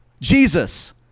Jesus